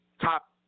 top